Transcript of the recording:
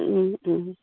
ও ও